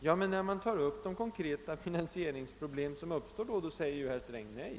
Ja, men när man tar upp de konkreta finansieringsproblem, som då uppstår, säger ju herr Sträng nej.